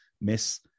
miss